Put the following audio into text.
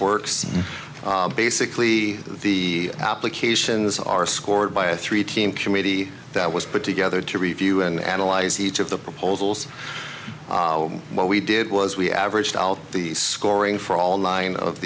works basically the applications are scored by a three team committee that was put together to review and analyze each of the proposals what we did was we averaged out the scoring for all lines of